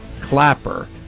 Clapper